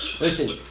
Listen